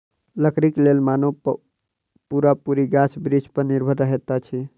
लकड़ीक लेल मानव पूरा पूरी गाछ बिरिछ पर निर्भर रहैत अछि